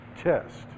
test